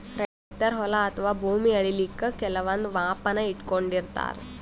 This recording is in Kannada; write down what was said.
ರೈತರ್ ಹೊಲ ಅಥವಾ ಭೂಮಿ ಅಳಿಲಿಕ್ಕ್ ಕೆಲವಂದ್ ಮಾಪನ ಇಟ್ಕೊಂಡಿರತಾರ್